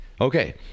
Okay